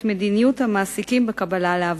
את מדיניות המעסיקים בקבלה לעבודה.